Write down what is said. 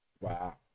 Wow